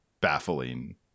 baffling